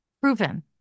proven